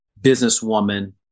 businesswoman